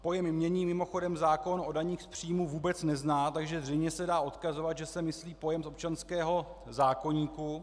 Pojem jmění mimochodem zákon o daních z příjmu vůbec nezná, takže zřejmě se dá odkazovat, že se myslí pojem z občanského zákoníku.